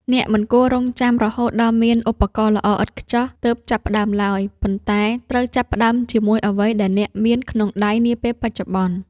អ្នកមិនគួររង់ចាំរហូតដល់មានឧបករណ៍ល្អឥតខ្ចោះទើបចាប់ផ្តើមឡើយ ប៉ុន្តែត្រូវចាប់ផ្តើមជាមួយអ្វីដែលអ្នកមានក្នុងដៃនាពេលបច្ចុប្បន្ន។